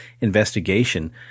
investigation